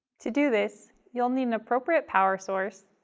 to do this, you'll need an appropriate power source,